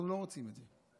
אנחנו לא רוצים את זה.